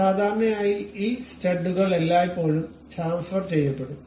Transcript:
അതിനാൽ സാധാരണയായി ഈ സ്റ്റഡുകൾ എല്ലായ്പ്പോഴും ഷാംഫർ ചെയ്യപ്പെടും